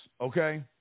okay